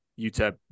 UTEP